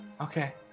okay